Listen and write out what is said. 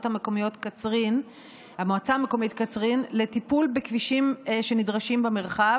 המקומית קצרין לטיפול בכבישים שנדרשים במרחב.